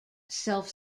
self